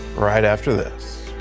right after this.